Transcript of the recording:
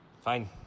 Fine